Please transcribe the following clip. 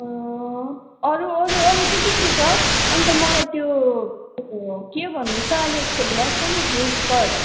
अरू अरू अरू चाहिँ के के छ अन्त मलाई त्यो के भन्नोस् त अहिले फेमस छ नि वुल्फ कट